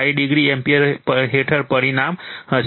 5o ampere હેઠળ પરિમાણ હશે